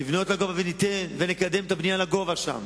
לבנות לגובה, וניתן, ונקדם את הבנייה לגובה שם.